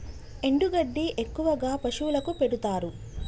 ఎండు గడ్డి ఎక్కువగా పశువులకు పెడుతారు